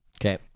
Okay